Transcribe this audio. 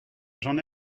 j’en